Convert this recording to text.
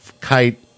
kite